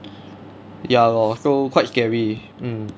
ya lor so quite scary